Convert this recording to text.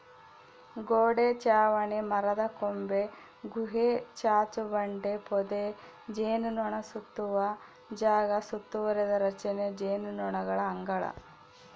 ಗೋಡೆ ಚಾವಣಿ ಮರದಕೊಂಬೆ ಗುಹೆ ಚಾಚುಬಂಡೆ ಪೊದೆ ಜೇನುನೊಣಸುತ್ತುವ ಜಾಗ ಸುತ್ತುವರಿದ ರಚನೆ ಜೇನುನೊಣಗಳ ಅಂಗಳ